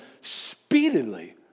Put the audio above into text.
speedily